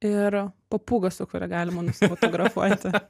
ir papūga su kuria galima nusifotografuoti